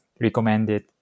recommended